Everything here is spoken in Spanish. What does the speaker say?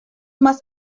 más